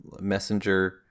messenger